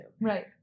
Right